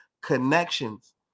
connections